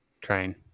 train